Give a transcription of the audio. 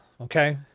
Okay